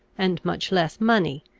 and much less money,